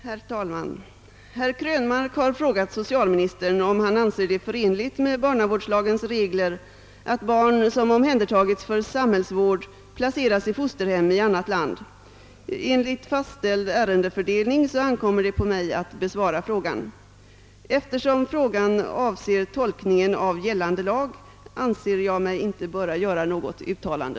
Herr talman! Herr Krönmark har frågat socialministern, om han anser det förenligt med barnavårdslagens regler att barn, som omhändertagits för samhällsvård, placeras i fosterhem i annat land. Enligt fastställd ärendefördelning ankommer det på mig att besvara frågan. Eftersom frågan avser tolkningen av gällande lag, anser jag mig inte böra göra något uttalande.